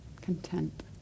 content